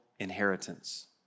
Inheritance